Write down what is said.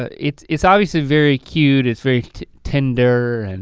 ah it's it's obviously very cute, it's very tender. and